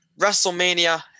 WrestleMania